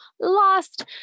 lost